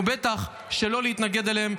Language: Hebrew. ובטח שלא להתנגד אליהם,